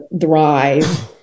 thrive